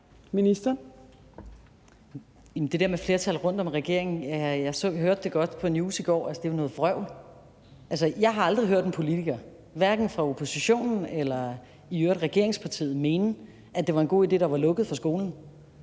Det der med et flertal uden om regeringen hørte jeg godt på TV 2 News i går. Det er jo noget vrøvl. Jeg har aldrig hørt en politiker, hverken fra oppositionen eller regeringspartiet, mene, at det var en god idé, at der var lukket for skolen.